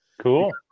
cool